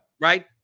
Right